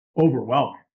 overwhelming